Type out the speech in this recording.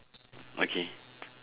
okay